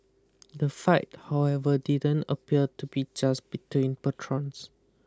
the fight however didn't appear to be just between patrons